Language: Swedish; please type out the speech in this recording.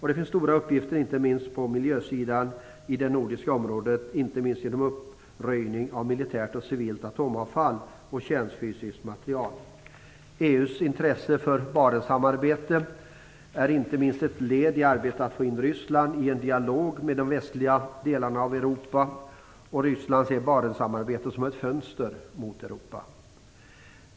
Det finns stora uppgifter på miljösidan i det nordiska området, inte minst genom uppröjning av militärt och civilt atomavfall och kärnfysiskt material. EU:s intresse för Barentssamarbetet är inte minst ett led i arbetet att få in Ryssland i en dialog med de västliga delarna av Europa. Ryssland ser Barentssamarbetet som ett fönster mot Europa.